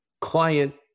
client